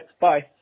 Bye